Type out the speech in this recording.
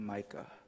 Micah